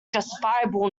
justifiable